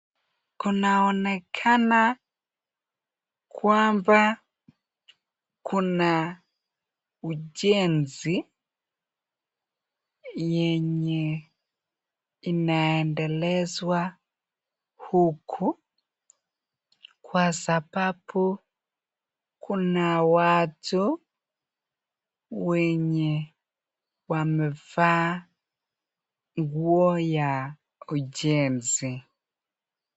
Kunaonekana kwamba kuna ujenzi yenye inaendelezwa huku, kwa sababu kuna watu wenye wamevaa ngua ya ujenzi.